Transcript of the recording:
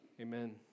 Amen